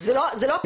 זה לא הפתרון.